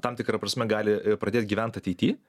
tam tikra prasme gali pradėt gyvent ateity